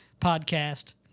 podcast